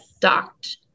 docked